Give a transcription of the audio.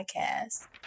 Podcast